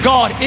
God